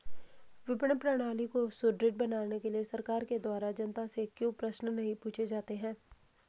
विपणन प्रणाली को सुदृढ़ बनाने के लिए सरकार के द्वारा जनता से क्यों प्रश्न नहीं पूछे जाते हैं?